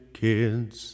kids